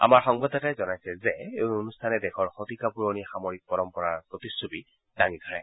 আমাৰ সংবাদদাতাই জনাইছে যে এই অনুষ্ঠানে দেশৰ শতিকা পুৰণি সামৰিক পৰম্পৰাৰ প্ৰতিচ্ছবি দাঙি ধৰে